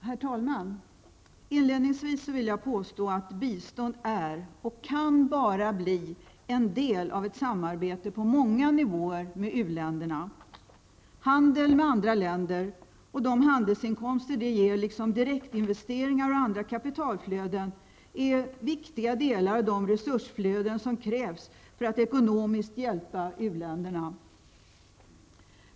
Herr talman! Inledningsvis vill jag påstå att bistånd är och bara kan bli en del av ett samarbete på många nivåer med u-länderna. Handel med andra länder och de inkomster den ger liksom direktinvesteringar och andra kapitalflöden är viktiga delar av det som krävs för att ekonomiskt hjälpa u-länderna.